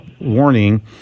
warning